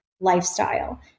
lifestyle